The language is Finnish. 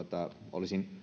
olisin